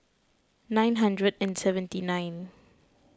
nine hundred and seventy nine